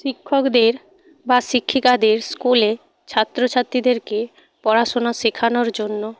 শিক্ষকদের বা শিক্ষিকাদের স্কুলে ছাত্র ছাত্রীদেরকে পড়াশুনা শেখানোর জন্য